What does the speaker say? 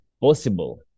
possible